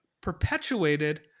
perpetuated